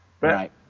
Right